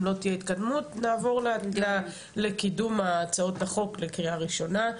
אם לא תהיה התקדמות נעבור לקידום הצעות החוק לקריאה ראשונה,